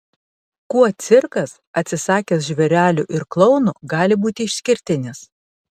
kuo cirkas atsisakęs žvėrelių ir klounų gali būti išskirtinis